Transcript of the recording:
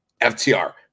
FTR